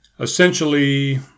Essentially